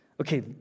Okay